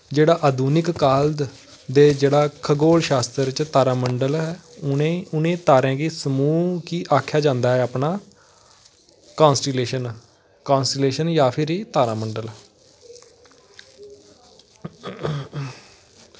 जेह्ड़ा अधुनिककाल दे जेह्ड़ा खगोल शास्त्र च तारामंडल ऐ उ'नें उ'नें तारें गी समूह् गी आखेआ जंदा ऐ अपना कॉन्स्टेलेशन कॉन्स्टेलेशन जां फिरी तारामंडल